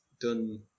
done